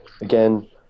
Again